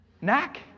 knack